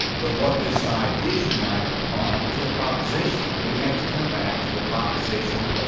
but what this side is united upon is the proposition, and we have to come back to the proposition,